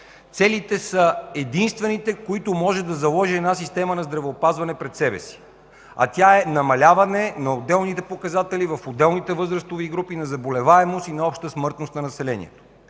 Целите са единствените, които може да заложи една система на здравеопазване пред себе си, а тя е намаляване на отделните показатели в отделните възрастови групи на заболеваемост и обща смъртност на населението.